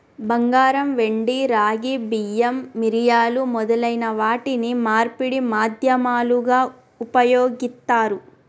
బంగారం, వెండి, రాగి, బియ్యం, మిరియాలు మొదలైన వాటిని మార్పిడి మాధ్యమాలుగా ఉపయోగిత్తారు